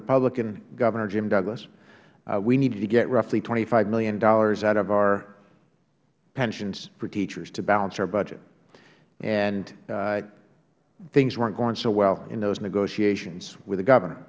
republican governor jim douglas we needed to get roughly twenty five dollars million out of our pensions for teachers to balance our budget and things werent going so well in those negotiations with the governor